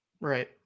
Right